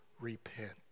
repent